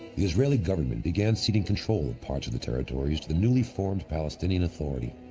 israeli government began seeking control of parts of the territories to the newly-formed palestinian authority,